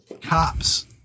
cops